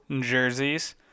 jerseys